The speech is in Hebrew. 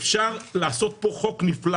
אפשר לעשות פה חוק נפלא